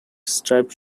stripe